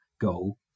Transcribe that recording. goal